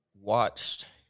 watched